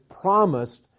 promised